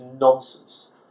nonsense